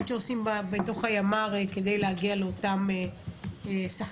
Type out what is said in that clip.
שעושים בתוך הימ"ר כדי להגיע לאותם שחקנים.